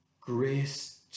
Grace